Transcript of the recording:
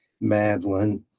Madeline